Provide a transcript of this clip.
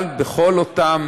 אבל בכל אותם